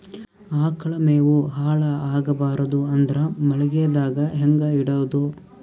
ಆಕಳ ಮೆವೊ ಹಾಳ ಆಗಬಾರದು ಅಂದ್ರ ಮಳಿಗೆದಾಗ ಹೆಂಗ ಇಡೊದೊ?